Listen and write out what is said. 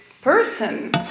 person